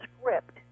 script